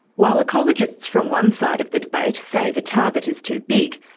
while ecologists from one side of the debate say the target is too big,